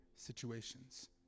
situations